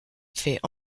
fait